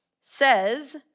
says